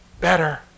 better